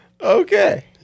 Okay